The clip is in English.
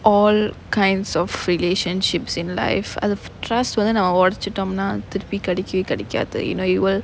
all kinds of relationships in life அது:athu trust வந்து நாம ஒடச்சிடோம்னா அது திருப்பி கெடைக்கவே கெடைக்காது:vanthu naama odachitomnaa athu thiruppi kedaikkavae kedaikkaathu you know you will